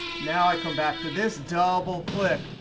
now i come back to this, double-click,